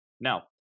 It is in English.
Now